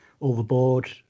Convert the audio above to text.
overboard